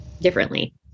differently